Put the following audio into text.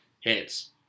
Hits